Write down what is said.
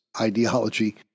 ideology